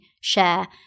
share